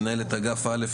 מנהל אגף א',